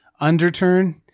Underturn